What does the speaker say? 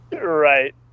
Right